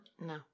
no